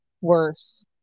worse